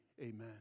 amen